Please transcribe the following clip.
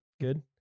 Good